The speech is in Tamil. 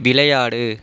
விளையாடு